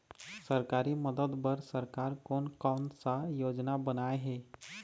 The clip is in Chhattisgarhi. सरकारी मदद बर सरकार कोन कौन सा योजना बनाए हे?